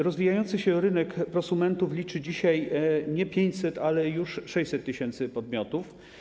Rozwijający się rynek prosumentów liczy dzisiaj nie 500, ale już 600 tys. podmiotów.